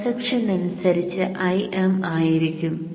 cross section അനുസരിച്ച് Im ആയിരിക്കും